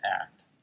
act